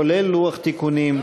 כולל לוח תיקונים,